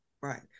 Right